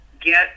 get